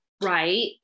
Right